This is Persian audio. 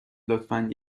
لطفا